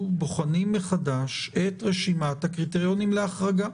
בוחנים מחדש את רשימת הקריטריונים להחרגה.